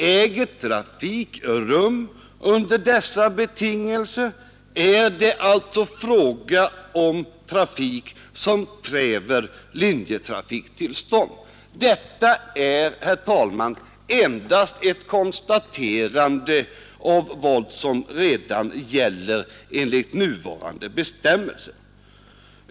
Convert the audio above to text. Äger trafik rum under dessa betingelser, är det alltså fråga om trafik som kräver linjetrafiktillstånd. Detta är, herr talman, endast ett konstaterande av vad som redan gäller enligt nuvarande bestämmelser.